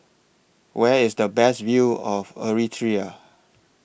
Where IS The Best View of Eritrea